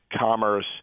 commerce